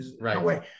Right